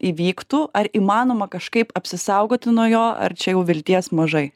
įvyktų ar įmanoma kažkaip apsisaugoti nuo jo ar čia jau vilties mažai